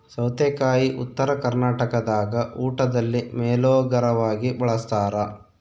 ಸೌತೆಕಾಯಿ ಉತ್ತರ ಕರ್ನಾಟಕದಾಗ ಊಟದಲ್ಲಿ ಮೇಲೋಗರವಾಗಿ ಬಳಸ್ತಾರ